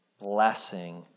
blessing